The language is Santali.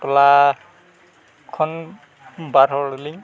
ᱴᱚᱞᱟ ᱠᱷᱚᱱ ᱵᱟᱨ ᱦᱚᱲ ᱞᱤᱧ